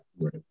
Right